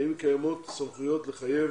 האם קיימות סמכויות לחייב